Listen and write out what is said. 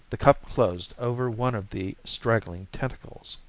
the cup closed over one of the straggling tentacles.